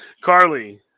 Carly